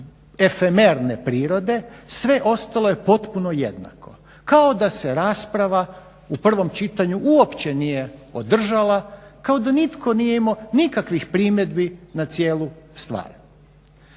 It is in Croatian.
efemerne prirode sve ostalo je potpuno jednako kao da se rasprava u prvom čitanju uopće nije održala, kao da nitko nije imao nikakvih primjedbi na cijelu stvar.